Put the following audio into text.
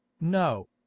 no